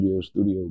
studio